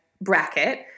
bracket